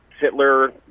Hitler